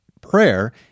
Prayer